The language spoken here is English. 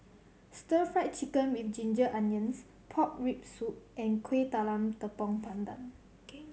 Stir Fried Chicken With Ginger Onions pork rib soup and Kueh Talam Tepong Pandan